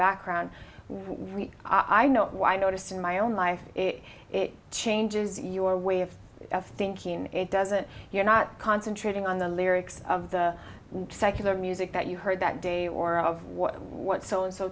background when i know why i noticed in my own life it changes your way of thinking it doesn't you're not concentrating on the lyrics of the secular music that you heard that day or of what so and so